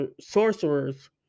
sorcerers